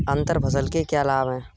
अंतर फसल के क्या लाभ हैं?